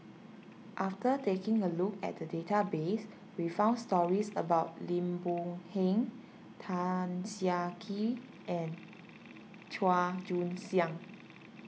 after taking a look at the database we found stories about Lim Boon Heng Tan Siah Kwee and Chua Joon Siang